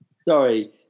sorry